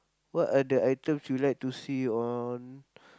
what are the items you like to see on